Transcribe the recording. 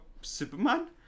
Superman